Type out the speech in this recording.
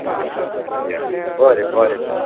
आं या बरें बरें बरें तर या